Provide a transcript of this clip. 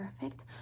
perfect